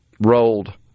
rolled